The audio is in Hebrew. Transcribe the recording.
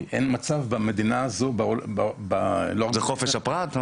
אין מצב שבמדינה הזו --- זה חופש הפרט?